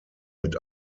mit